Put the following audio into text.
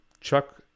chuck